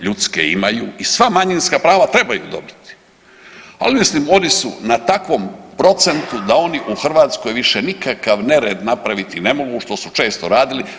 Ljudske imaju i sva manjinska prava trebaju dobiti, ali mislim oni su na takvom procentu da oni u Hrvatskoj više nikakav nered napraviti ne mogu što su često radili.